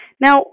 Now